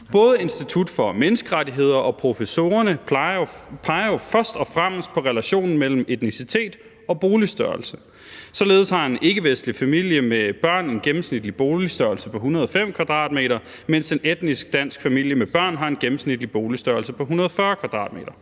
Både Institut for Menneskerettigheder og professorerne peger jo først og fremmest på relationen mellem etnicitet og boligstørrelse. Således har en ikkevestlig familie med børn en gennemsnitlig boligstørrelse på 105 m², mens en etnisk dansk familie med børn har en gennemsnitlig boligstørrelse på 140 m².